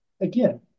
Again